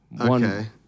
Okay